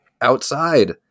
outside